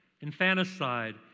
infanticide